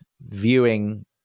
Viewing